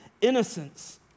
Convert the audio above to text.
innocence